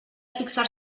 fixar